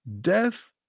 death